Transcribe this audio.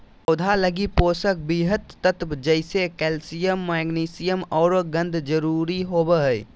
पौधा लगी पोषक वृहत तत्व जैसे कैल्सियम, मैग्नीशियम औरो गंधक जरुरी होबो हइ